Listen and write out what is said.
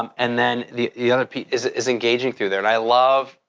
um and then the other piece is is engaging through there and i love,